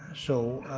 so.